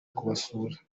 kubasura